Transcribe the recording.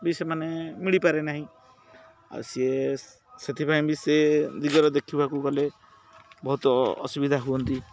ବି ସେମାନେ ମିଳି ପାରେ ନାହିଁ ଆଉ ସିଏ ସେଥିପାଇଁ ବି ସେ ଦିଗର ଦେଖିବାକୁ ଗଲେ ବହୁତ ଅସୁବିଧା ହୁଅନ୍ତି